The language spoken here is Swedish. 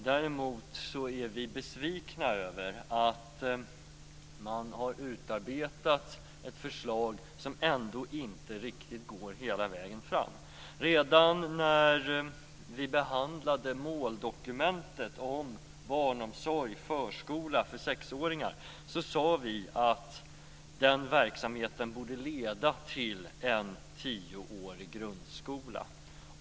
Däremot är vi besvikna över att man har utarbetat ett förslag som ändå inte riktigt går hela vägen fram. Redan när vi behandlade måldokumentet om barnomsorg och förskola för sexåringar sade vi att den verksamheten borde leda till en tioårig grundskola.